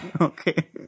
Okay